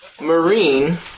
Marine